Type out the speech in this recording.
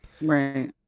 Right